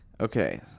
Okay